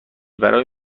برای